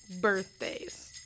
Birthdays